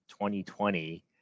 2020